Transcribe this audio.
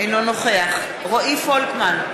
אינו נוכח רועי פולקמן,